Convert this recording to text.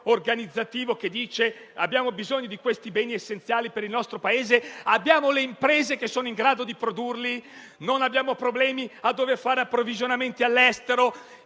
organizzativo in cui si dice che abbiamo bisogno di questi beni essenziali per il nostro Paese? Abbiamo le imprese che sono in grado di produrli per non avere problemi nel dover fare approvvigionamenti all'estero?